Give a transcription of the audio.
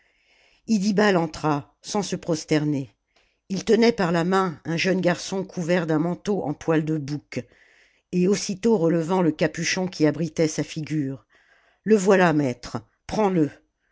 entra sans se prosterner il tenait par la main un jeune garçon couvert d'un manteau en poil de bouc et aussitôt relevant le capuchon qui abritait sa figure le voilà maître prends-le